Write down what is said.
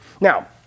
Now